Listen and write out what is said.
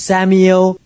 Samuel